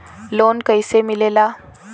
Loan कईसे मिलेला?